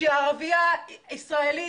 שהיא ערבייה ישראלית